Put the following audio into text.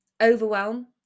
overwhelm